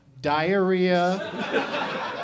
diarrhea